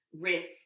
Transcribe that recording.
risk